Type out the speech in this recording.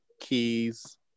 keys